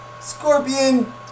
Scorpion